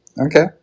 Okay